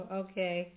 okay